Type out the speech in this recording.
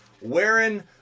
wearing